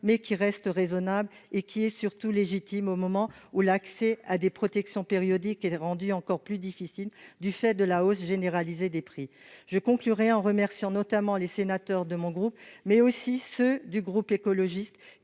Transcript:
mais qui reste raisonnable et qui est surtout légitime au moment où l'accès à des protections périodiques et les rondies encore plus difficile du fait de la hausse généralisée des prix je conclurai en remerciant notamment les sénateurs de mon groupe mais aussi ceux du groupe écologiste